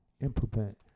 implement